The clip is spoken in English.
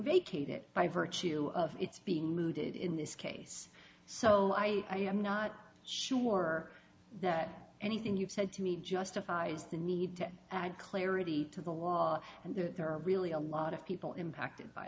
vacate it by virtue of it's being looted in this case so i am not sure that anything you've said to me justifies the need to add clarity to the law and there are really a lot of people impacted by